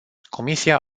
comisia